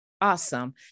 Awesome